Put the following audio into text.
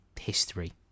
history